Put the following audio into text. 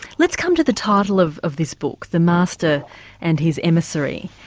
let's come to the title of of this book, the master and his emissary,